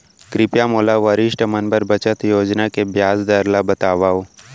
कृपया मोला वरिष्ठ मन बर बचत योजना के ब्याज दर ला बतावव